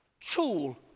tool